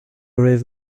raibh